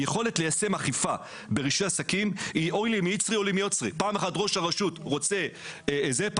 היכולת ליישם אכיפה ברישוי עסקים היא: אוי לי מיצרי ואוי לי מיוצרי.